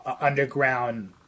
underground